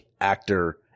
actor